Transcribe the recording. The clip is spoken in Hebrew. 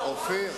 בואו נאזין.